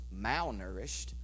malnourished